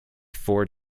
four